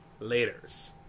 Laters